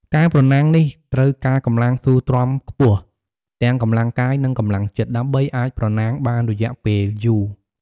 ការប្រណាំងនេះ ត្រូវការកម្លាំងស៊ូទ្រាំខ្ពស់ ទាំងកម្លាំងកាយ និងកម្លាំងចិត្ត ដើម្បីអាចប្រណាំងបានរយៈពេលយូរ។